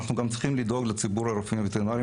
אנחנו צריכים לדאוג גם לציבור הרופאים הווטרינרים,